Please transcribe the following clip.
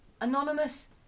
Anonymous